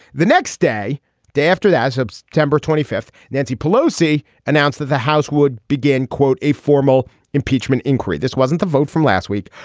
the next day day after that perhaps temblor twenty fifth nancy pelosi announced that the house would begin quote a formal impeachment inquiry. this wasn't the vote from last week.